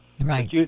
Right